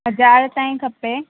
हज़ारु ताईं खपे